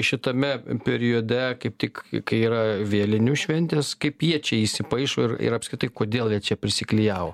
šitame periode kaip tik kai yra vėlinių šventės kaip jie čia įsipaišo ir ir apskritai kodėl jie čia prisiklijavo